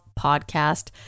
podcast